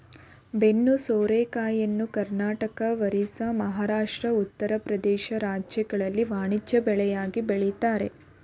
ಬೆನ್ನು ಸೋರೆಕಾಯಿಯನ್ನು ಕರ್ನಾಟಕ, ಒರಿಸ್ಸಾ, ಮಹಾರಾಷ್ಟ್ರ, ಉತ್ತರ ಪ್ರದೇಶ ರಾಜ್ಯಗಳಲ್ಲಿ ವಾಣಿಜ್ಯ ಬೆಳೆಯಾಗಿ ಬೆಳಿತರೆ